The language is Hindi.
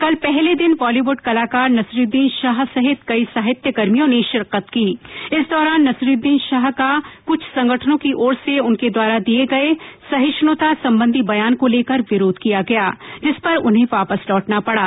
कल पहले दिन बॉलीवुड कलाकार नसीरूद्दीन शाह सहित कई साहित्यकर्मियोंने शिरकत की ं इस दौरान नसीरूद्दीन शाह का कुछ संगठनों की ओर से उनके द्वारा दिये गये सहिष्णुता संबधी बयान को लेकर विरोध किया गया जिस पर उन्हें वापस लौटना पड़ा